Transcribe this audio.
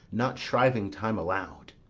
not shriving-time allow'd.